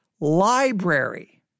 library